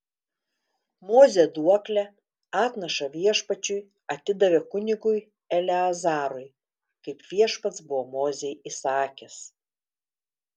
mozė duoklę atnašą viešpačiui atidavė kunigui eleazarui kaip viešpats buvo mozei įsakęs